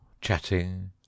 Chatting